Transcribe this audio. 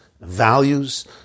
values